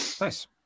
Nice